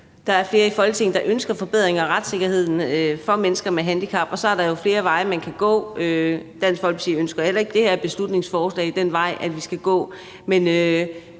Der er flere i Folketinget, der ønsker forbedringer af retssikkerheden for mennesker med handicap, og så er der jo flere veje, man kan gå. Dansk Folkeparti ønsker heller ikke, at det her beslutningsforslag er den vej, vi skal gå.